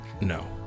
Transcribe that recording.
No